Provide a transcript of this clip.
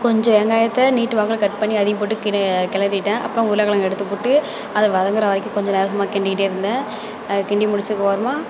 கொஞ்சம் வெங்காயத்தை நீட்டுவாக்கில் கட் பண்ணி அதையும் போட்டு கிள கிளறிவிட்டேன் அப்புறம் உருளைக் கெழங்க எடுத்துப்போட்டு அதை வதங்கிற வரைக்கும் கொஞ்ச நேரம் சும்மா கிண்டிக்கிட்டே இருந்தேன் அதை கிண்டி முடித்ததுக்கு அப்புறமா